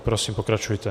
Prosím, pokračujte.